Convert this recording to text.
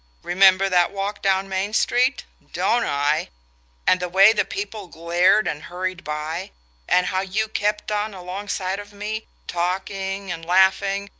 remember that walk down main street? don't i and the way the people glared and hurried by and how you kept on alongside of me, talking and laughing,